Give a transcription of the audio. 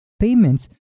payments